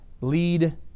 lead